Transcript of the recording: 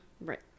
Right